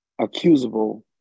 accusable